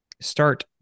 start